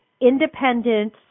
independent